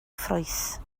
ffrwyth